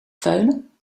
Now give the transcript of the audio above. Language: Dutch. veulen